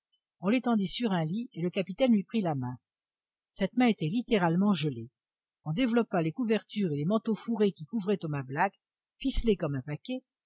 on l'étendit sur un lit et le capitaine lui prit la main cette main était littéralement gelée on développa les couvertures et les manteaux fourrés qui couvraient thomas black ficelé comme un paquet